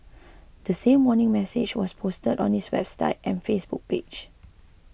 the same warning message was posted on its website and Facebook page